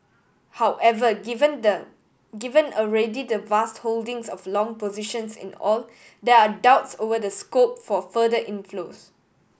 however given the given already the vast holdings of long positions in oil there are doubts over the scope for further inflows